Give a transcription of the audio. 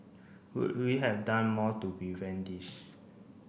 could we have done more to prevent this